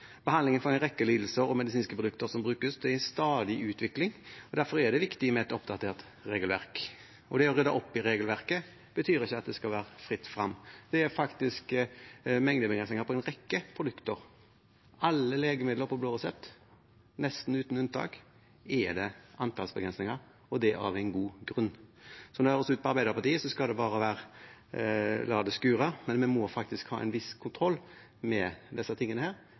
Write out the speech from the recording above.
Behandlingen for en rekke lidelser og medisinske produkter som brukes, er i stadig utvikling, og derfor er det viktig med et oppdatert regelverk. Det å rydde opp i regelverket betyr ikke at det skal være fritt frem. Det er faktisk mengdebegrensninger på en rekke produkter. Alle legemidler på blå resept, nesten uten unntak, er det antallsbegrensninger på, og det av en god grunn. Slik det høres ut på Arbeiderpartiet, skal man bare la det skure, men vi må ha en viss kontroll med disse tingene